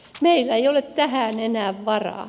meillä ei ole tähän enää varaa